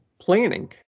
planning